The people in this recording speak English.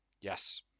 Yes